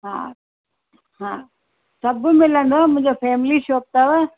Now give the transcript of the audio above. हा हा सभु मिलन्दो मुंहिंजो फैमिली शॉप अथव